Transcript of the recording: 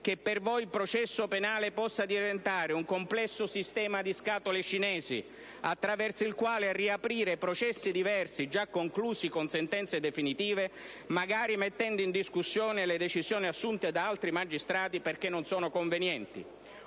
che per voi il processo penale possa diventare un complesso sistema di scatole cinesi attraverso il quale riaprire processi diversi già conclusi con sentenze definitive, magari mettendo in discussione le decisioni assunte da altri magistrati perché non sono convenienti.